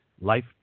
Life